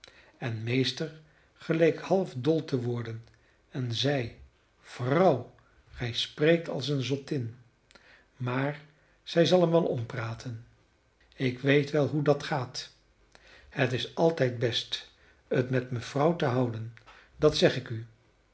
en meester geleek half dol te worden en zei vrouw gij spreekt als een zottin maar zij zal hem wel ompraten ik weet wel hoe dat gaat het is altijd best het met mevrouw te houden dat zeg ik u